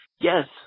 Yes